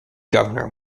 governor